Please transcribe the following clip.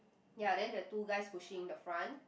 ya then the two guys pushing the front